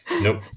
Nope